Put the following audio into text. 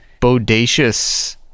bodacious